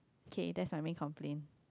okay that's my main complaint